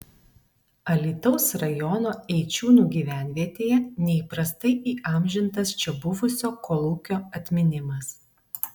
alytaus rajono eičiūnų gyvenvietėje neįprastai įamžintas čia buvusio kolūkio atminimas